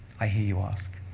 i hear you ask.